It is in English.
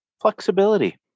flexibility